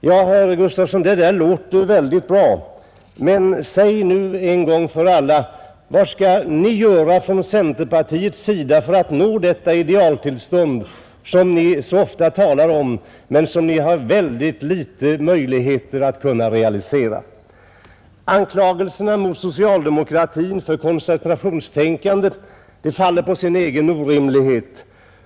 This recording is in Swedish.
Ja, herr Gustavsson i Alvesta, det där låter väldigt bra, men säg nu en gång för alla vad ni skall göra från centerpartiets sida för att nå detta idealtillstånd som ni så ofta talar om men som ni har mycket små möjligheter att realisera! Anklagelserna mot socialdemokratin för koncentrationstänkande faller på sin egen orimlighet.